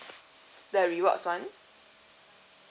the rewards one